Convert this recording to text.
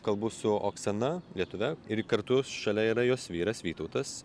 kalbu su oksana lietuve ir kartu šalia yra jos vyras vytautas